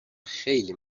خیلی